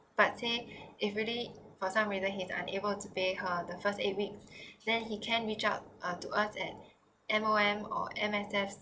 but say if really for some reason he's unable to pay her the first eight week then he can reach out uh to us at M_O_M and M_S_F